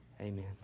Amen